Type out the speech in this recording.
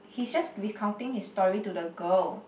he's just recounting his story to the girl